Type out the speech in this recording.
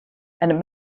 and